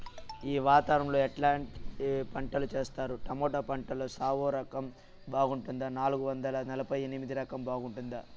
ఈ వాతావరణం లో ఎట్లాంటి పంటలు చేస్తారు? టొమాటో పంటలో సాహో రకం బాగుంటుందా నాలుగు వందల నలభై ఎనిమిది రకం బాగుంటుందా?